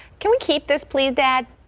can we keep this plea that.